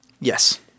Yes